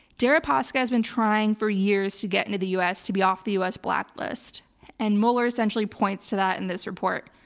deripaska has been trying for years to get into the u. s. to be off the us blacklist and mueller essentially points to that in this report.